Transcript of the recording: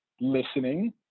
listening